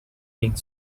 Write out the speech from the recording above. pink